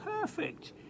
perfect